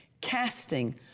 casting